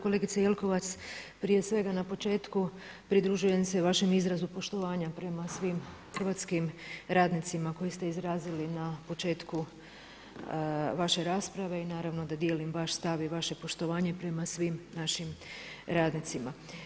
Kolegice Jelkovac, prije svega na početku pridružujem se vašem izrazu poštovanja prema svim hrvatskim radnicima koje ste izrazili na početku vaše rasprave i naravno da dijelim vaš stav i vaše prema svim našim radnicima.